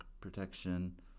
protection